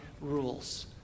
rules